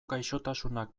gaixotasunak